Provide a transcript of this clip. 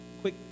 quick